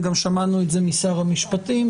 וגם שמענו את זה משר המשפטים,